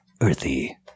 Earthy